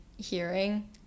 hearing